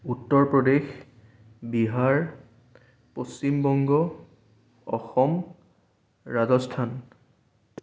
Uttar Pradesh Bihar Paschimbanga Assam Rajasthan